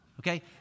Okay